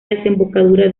desembocadura